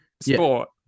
sport